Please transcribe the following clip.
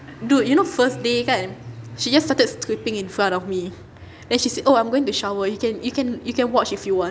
dude you know first day kan she just started stripping in front of me then she said oh I'm going to shower you can you can you can watch if you want